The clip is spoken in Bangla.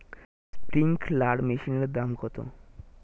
স্প্রিংকলার মেশিনের দাম কত?